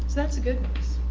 that's the good news.